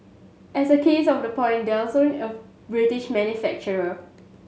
as a case of the point Dyson of British manufacturer